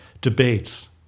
debates